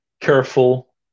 careful